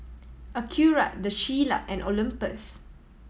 Acura The Shilla and Olympus